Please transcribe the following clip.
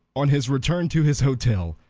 on his return to his hotel,